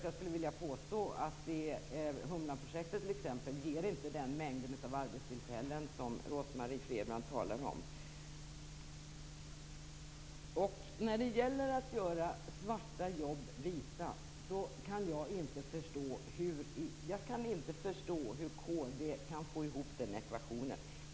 Jag skulle vilja påstå att Humlanprojektet t.ex. inte ger den mängd arbetstillfällen som Rose När det gäller att göra svarta jobb vita kan jag inte förstå hur kd kan få ihop ekvationen.